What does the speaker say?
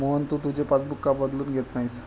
मोहन, तू तुझे पासबुक का बदलून घेत नाहीस?